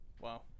Wow